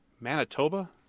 Manitoba